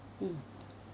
mm